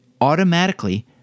automatically